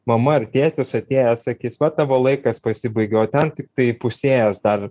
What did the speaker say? mama ar tėtis atėjęs sakys va tavo laikas pasibaigė o ten tiktai įpusėjęs dar